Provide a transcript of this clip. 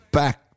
back